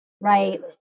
Right